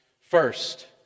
First